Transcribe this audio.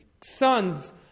sons